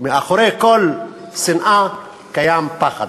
מאחורי כל שנאה קיים פחד.